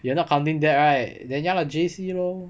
you are not counting that right then ya lah J_C lor